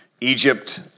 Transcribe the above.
Egypt